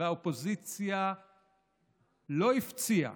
והאופוזיציה לא הפציעה,